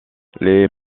les